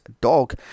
dog